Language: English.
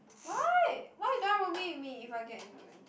why why you don't want roomie with me if i get into